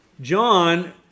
John